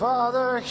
Father